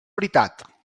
veritat